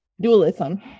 dualism